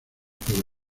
puedo